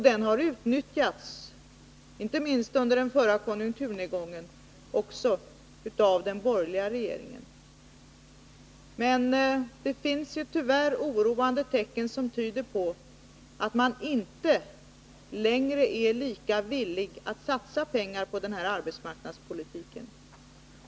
Den har utnyttjats, inte minst under den förra konjunkturnedgången, också av den borgerliga regeringen. Tyvärr finns det oroande tecken som tyder på att regeringen inte längre är lika villig att satsa pengar på arbetsmarknadspolitiken.